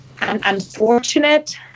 unfortunate